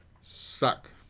suck